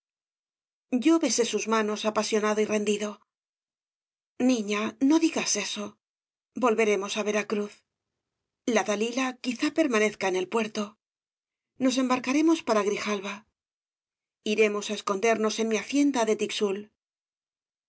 besé sus manos apasionado y rendido niña no digas eso volveremos á veracruz la dalila quizá permanezca en el puerto nos embarcaremos para grijalba obras de valle inclan iremos á escondernos en mi hacienda de tixul